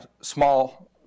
small